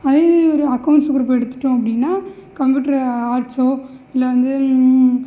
அதே இது ஒரு அக்கவுண்ட்ஸ் குரூப்பை எடுத்துவிட்டோம் அப்படின்னா கம்ப்யூட்ரு ஆர்ட்ஸோ இல்லை வந்து